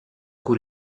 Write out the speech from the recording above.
cui